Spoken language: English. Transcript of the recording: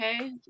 okay